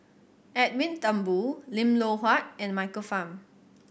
Edwin Thumboo Lim Loh Huat and Michael Fam